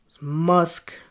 musk